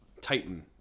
Titan